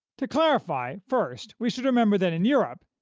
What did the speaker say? to clarify, first, we should remember that in europe,